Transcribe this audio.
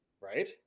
Right